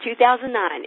2009